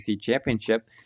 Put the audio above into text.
championship